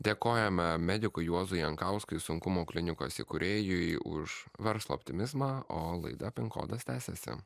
dėkojame medikui juozui jankauskui sunkumų klinikos įkūrėjui už verslo optimizmą o laida pin kodas tęsiasi